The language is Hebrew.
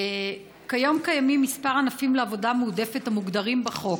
כיום קיימים כמה ענפים לעבודה מועדפת המוגדרים בחוק.